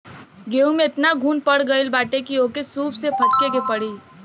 गेंहू में एतना घुन पड़ गईल बाटे की ओके सूप से फटके के पड़ी